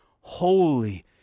Holy